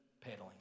pedaling